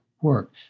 work